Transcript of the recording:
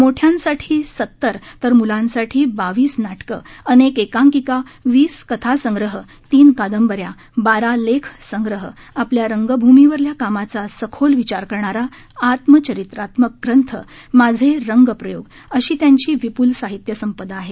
मोठ्यांसाठी सत्तर तर मूलांसाठी बावीस नाटक अनेक एकांकिका वीस कथासंग्रह तीन कादंबऱ्या बारा लेख संग्रह आपल्या रंगभूमीवरल्या कामाचा सखोल विचार करणारा आत्मचरित्रात्मक ग्रंथ माझे रंगप्रयोग अशी त्यांची विपुल साहित्यसंपदा आहे